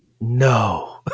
no